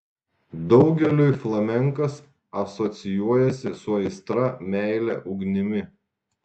daugeliui flamenkas asocijuojasi su aistra meile ugnimi